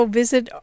visit